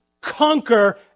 conquer